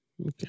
Okay